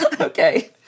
Okay